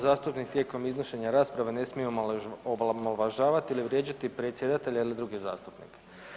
Zastupnik tijekom iznošenja rasprave ne smije omalovažavati ili vrijeđati predsjedatelja ili druge zastupnike.